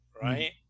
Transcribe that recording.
right